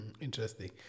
Interesting